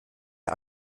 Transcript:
der